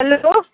hello